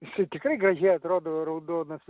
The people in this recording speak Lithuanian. jisai tikrai gražiai atrodo raudonas